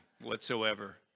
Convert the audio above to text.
whatsoever